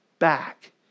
Back